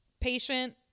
patient